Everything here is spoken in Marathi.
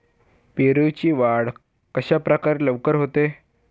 पेरूची वाढ कशाप्रकारे लवकर होते?